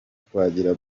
twagira